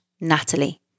Natalie